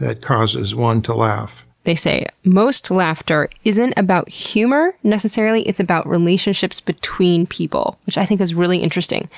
that causes one to laugh. they say, most laughter isn't about humor, necessarily. it's about relationships between people. which i think is really interesting.